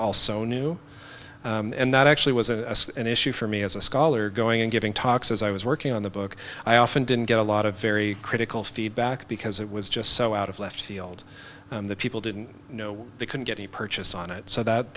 also new and that actually was a an issue for me as a scholar going and giving talks as i was working on the book i often didn't get a lot of very critical feedback because it was just so out of left field that people didn't know they couldn't get any purchase on it so that